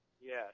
Yes